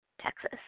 Texas